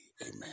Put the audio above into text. amen